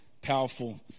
powerful